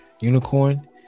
Unicorn